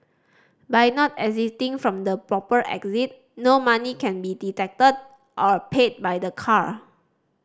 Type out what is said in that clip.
by not exiting from the proper exit no money can be deducted or paid by the car